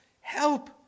help